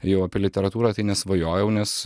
jau apie literatūrą tai nesvajojau nes